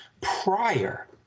prior